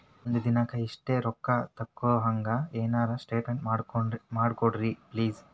ಒಂದಿನಕ್ಕ ಇಷ್ಟೇ ರೊಕ್ಕ ತಕ್ಕೊಹಂಗ ಎನೆರೆ ಸೆಟ್ ಮಾಡಕೋಡ್ರಿ ಪ್ಲೀಜ್?